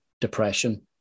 depression